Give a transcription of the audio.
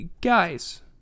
guys